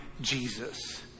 Jesus